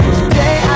Today